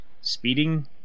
Speeding